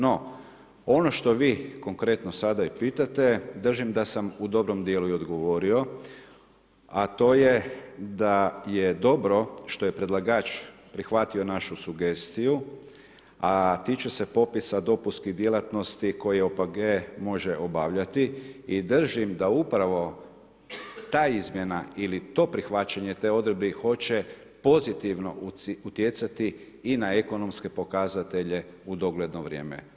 No, ono što vi konkretno sada i pitate, držim da sam u dobrom djelu i odgovorio a to je da je dobro što je predlagač prihvatio našu sugestiju a tiče se popisa dopunskih djelatnosti koje OPG može obavljati i držim da upravo ta izmjena ili to prihvaćenje te odredbe hoće pozitivno utjecati i na ekonomske pokazatelje u dogledno vrijeme.